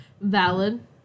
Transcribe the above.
Valid